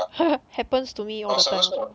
happens to me all the time